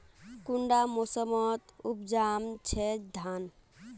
कुंडा मोसमोत उपजाम छै धान?